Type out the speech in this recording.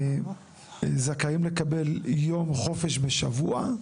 זכאים לקבל יום חופש בשבוע,